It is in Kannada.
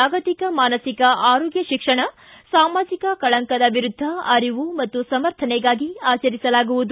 ಜಾಗತಿಕ ಮಾನಸಿಕ ಆರೋಗ್ಯ ಶಿಕ್ಷಣ ಸಾಮಾಜಿಕ ಕಳಂಕದ ವಿರುದ್ಧ ಅರಿವು ಮತ್ತು ಸಮರ್ಥನೆಗಾಗಿ ಆಚರಿಸಲಾಗುವುದು